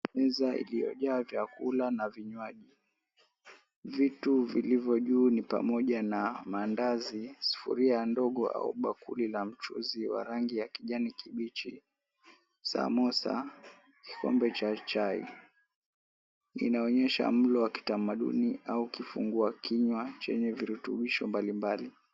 Meza iliyojaa vyakula na vinywaji. Vitu vilivyo juu ni pamoja na mandazi, sufuria ndogo au bakuli la mchuzi wa rangi ya kijani kibichi, samosa, kikombe cha chai. Inaonyesha mlo wa kitamaduni au kifungua kinywa chenye virutubisho mbalimbali.